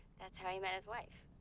that's how he met his wife.